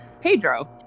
Pedro